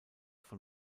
von